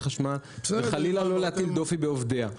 החשמל וחלילה לא להטיל דופי בעובדיה.